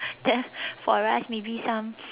then for us maybe some